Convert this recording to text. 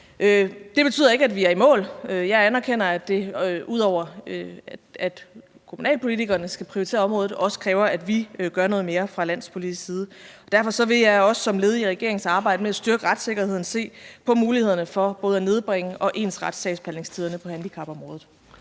Det betyder ikke, at vi er i mål. Jeg anerkender, at det – udover at kommunalpolitikerne skal prioritere området – også kræver, at vi gør noget mere fra landspolitisk side. Derfor vil jeg også som led i regeringens arbejde med at styrke retssikkerheden se på mulighederne for både at nedbringe og ensrette sagsbehandlingstiderne på handicapområdet.